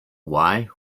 why